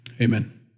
amen